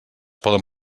poden